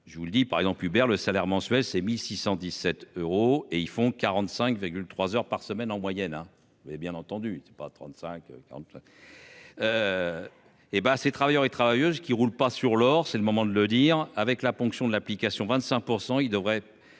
Je vous le dis par exemple Hubert le salaire mensuel c'est 1617 euros et ils font 45 3h par semaine en moyenne. Et bien entendu c'est pas 35 40 là. Et ben ces travailleurs et travailleuses qui roule pas sur l'or, c'est le moment de le dire avec la ponction de l'application 25% il devrait